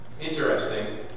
interesting